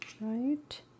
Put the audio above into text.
right